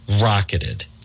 rocketed